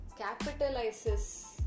capitalizes